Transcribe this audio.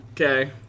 Okay